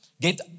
get